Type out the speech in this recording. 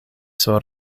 sur